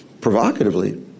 provocatively